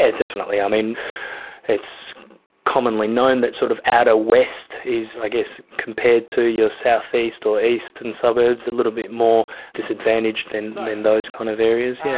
and definitely. um and it's commonly known that sort of outer west is, i guess compared to your south-east or eastern suburbs, a little bit more disadvantaged than and those kind of areas, yeah